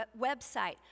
website